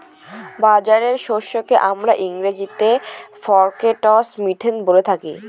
বাজরা শস্যকে আমরা ইংরেজিতে ফক্সটেল মিলেট বলে থাকি